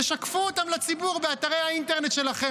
תשקפו אותם לציבור באתרי האינטרנט שלכם.